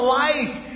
life